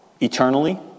eternally